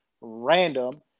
random